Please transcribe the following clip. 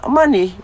money